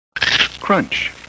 Crunch